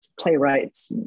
playwrights